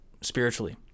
spiritually